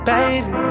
Baby